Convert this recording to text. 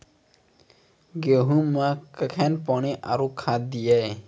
गेहूँ मे कखेन पानी आरु खाद दिये?